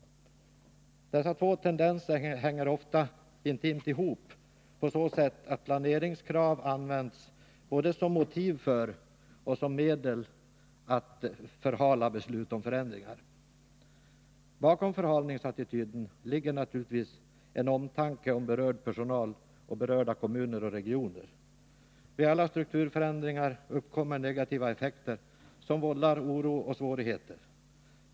Dessa två tendenser hänger ofta intimt ihop på så sätt att planeringskrav används både som motiv för och som medel att förhala beslut om förändringar. Bakom förhalningsattityden ligger naturligtvis en omtanke om berörd personal och berörda kommuner och regioner. Vid alla strukturförändringar uppkommer negativa effekter, som vållar oro och svårigheter.